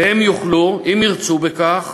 והם יוכלו, אם ירצו בכך,